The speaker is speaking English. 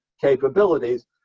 capabilities